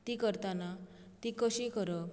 ती करतना ती कशी करप